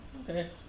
Okay